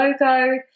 logo